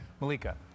Malika